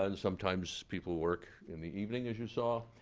and sometimes people work in the evening, as you saw.